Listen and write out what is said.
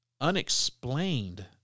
unexplained